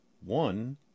one